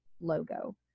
logo